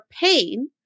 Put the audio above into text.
pain